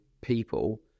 people